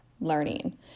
learning